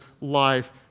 life